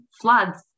floods